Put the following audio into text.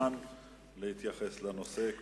פעם